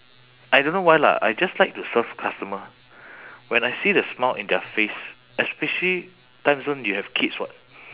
I don't know why lah I just like to serve customer when I see the smile in their face especially timezone you have kids [what]